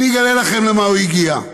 אני אגלה לכם למה הוא הגיע.